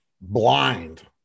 blind